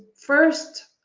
First